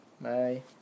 bye